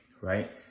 right